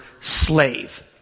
slave